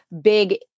big